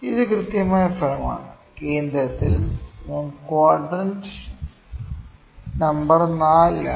ഇത് കൃത്യമായ ഫലമാണ് കേന്ദ്രത്തിൽ ഞാൻ ക്വാഡ്രൻറ് നമ്പർ 4 ലാണ്